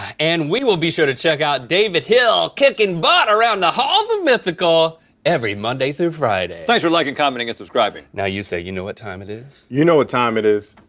and we will be sure to check out david hill kicking butt around the halls of mythical every monday through friday. thanks for liking, commenting, and subscribing. now you say, you know what time it is? you know what ah time it is.